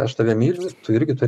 aš tave myliu tu irgi turi